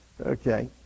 Okay